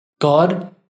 God